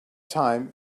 time